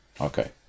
Okay